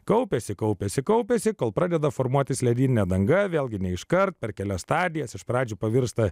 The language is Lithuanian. kaupiasi kaupiasi kaupiasi kol pradeda formuotis ledyninė danga vėlgi ne iškart per kelias stadijas iš pradžių pavirsta